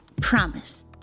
promise